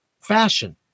fashion